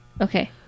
Okay